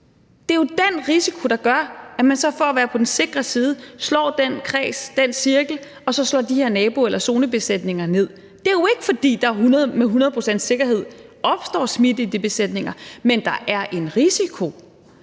Det er den risiko, der gør, at man så for at være på den sikre side slår den kreds, den cirkel, og så slår de her nabo- eller zonebesætninger ned. Det er jo ikke, fordi der med hundrede procents sikkerhed opstår smitte i de besætninger, men der er en risiko